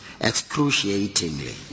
excruciatingly